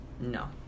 no